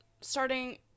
starting